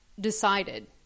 decided